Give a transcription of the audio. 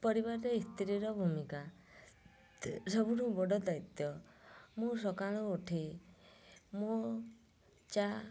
ପରିବାରରେ ସ୍ତ୍ରୀର ଭୂମିକା ସବୁଠୁ ବଡ଼ ଦାୟିତ୍ଵ ମୁଁ ସକାଳୁ ଉଠି ମୁଁ ଚା